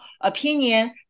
opinion